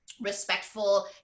respectful